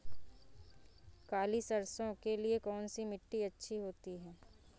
काली सरसो के लिए कौन सी मिट्टी अच्छी होती है?